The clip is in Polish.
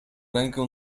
rękę